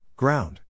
Ground